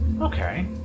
okay